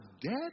dead